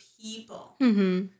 people